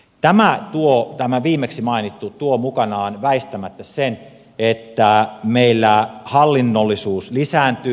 tämä viimeksi mainittu tuo mukanaan väistämättä sen että meillä hallinnollisuus lisääntyy